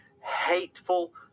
hateful